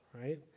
right